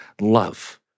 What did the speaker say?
love